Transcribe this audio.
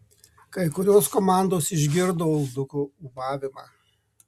kai kurios komandos išgirdo ulduko ūbavimą